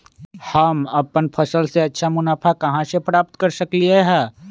हम अपन फसल से अच्छा मुनाफा कहाँ से प्राप्त कर सकलियै ह?